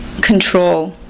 control